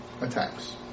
attacks